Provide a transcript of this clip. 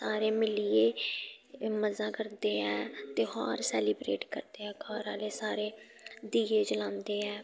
सारे मिलियै मजा करदे ऐ तेहार सैलिब्रेट करदे ऐ घर आह्ले सारे दीए जलांदे ऐ